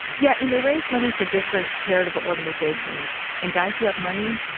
yeah and they raise money for different charitable organizations and guys who have money